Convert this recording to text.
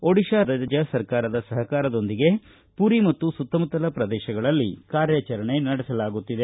ಒಡಿತಾ ರಾಜ್ಯ ಸರ್ಕಾರದ ಸಹಕಾರದೊಂದಿಗೆ ಮರಿ ಮತ್ತು ಸುತ್ತಮುತ್ತಲ ಪ್ರದೇಶಗಳಲ್ಲಿ ಕಾರ್ಯಾಚರಣೆ ನಡೆಸಲಾಗುತ್ತಿದೆ